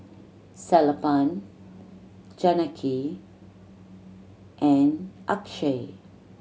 Sellapan Janaki and Akshay